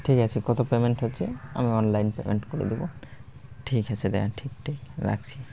ঠিক আছে কতো পেমেন্ট হচ্ছে আমি অনলাইন পেমেন্ট করে দিবো ঠিক আছে দা ঠিক ঠিক রাখছি